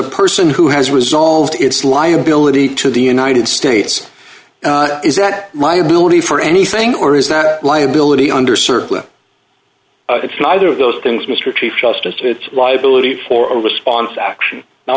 a person who has resolved it's liability to the united states is that my ability for anything or is not a liability under certain it's neither of those things mr chief justice it's a liability for a response action